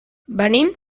venim